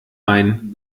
main